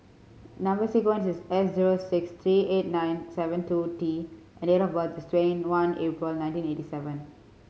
number sequence is S zero six three eight nine seven two T and date of birth is twenty one April nineteen eighty seven